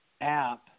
app